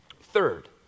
Third